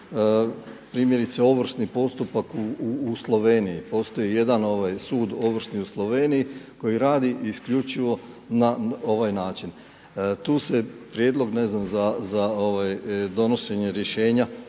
primjerice ovršni postupak u Sloveniji, postoji jedan sud ovršni u Sloveniji koji radi isključivo na ovaj način. Tu se prijedlog ne znam za donošenje rješenja